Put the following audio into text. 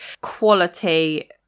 quality